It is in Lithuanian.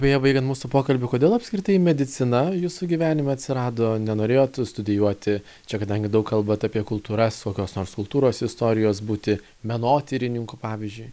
beje baigiant mūsų pokalbį kodėl apskritai medicina jūsų gyvenime atsirado nenorėjot studijuoti čia kadangi daug kalbat apie kultūras kokios nors kultūros istorijos būti menotyrininku pavyzdžiui